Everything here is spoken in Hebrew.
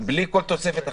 בלי כל תוספת אחרת?